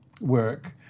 work